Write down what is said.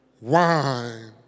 wine